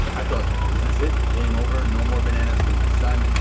i thought, is this it, game over no more bananas for my son,